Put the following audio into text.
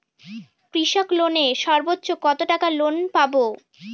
কৃষি লোনে সর্বোচ্চ কত টাকা লোন পাবো?